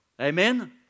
Amen